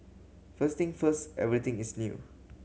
first thing first everything is new